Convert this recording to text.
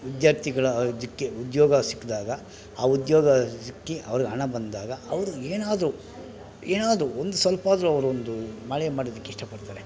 ವಿದ್ಯಾರ್ಥಿಗಳ ಇದಕ್ಕೆ ಉದ್ಯೋಗ ಸಿಕ್ಕಿದಾಗ ಆ ಉದ್ಯೋಗ ಸಿಕ್ಕು ಅವ್ರಿಗೆ ಹಣ ಬಂದಾಗ ಅವರು ಏನಾದರೂ ಏನಾದರೂ ಒಂದು ಸ್ವಲ್ಪಾದ್ರು ಅವರೊಂದು ಮಾಡೇ ಮಾಡೊದಕ್ಕೆ ಇಷ್ಟಪಡ್ತಾರೆ